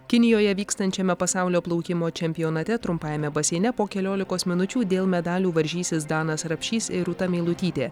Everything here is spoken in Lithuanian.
kinijoje vykstančiame pasaulio plaukimo čempionate trumpajame baseine po keliolikos minučių dėl medalių varžysis danas rapšys ir rūta meilutytė